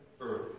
earth